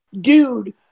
dude